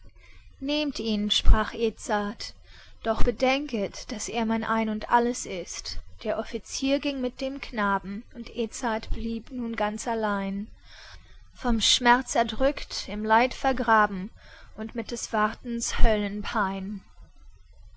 nehmt ihn sprach edzard doch bedenket daß er mein ein und alles ist der offizier ging mit dem knaben und edzard blieb nun ganz allein von schmerz erdrückt in leid vergraben und mit des wartens